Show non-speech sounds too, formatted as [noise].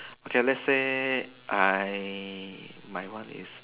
[breath] okay let's say I my one is